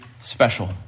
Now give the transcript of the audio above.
special